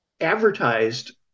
advertised